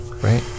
right